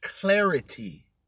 clarity